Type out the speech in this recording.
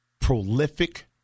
prolific